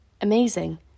amazing